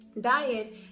diet